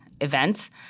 events